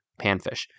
panfish